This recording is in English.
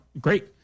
Great